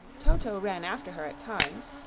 toto ran after her at times,